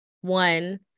one